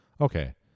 okay